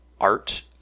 art-